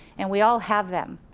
and we all have them.